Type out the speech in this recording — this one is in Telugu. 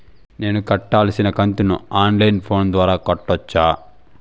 నేను కట్టాల్సిన కంతును ఆన్ లైను ఫోను ద్వారా కట్టొచ్చా?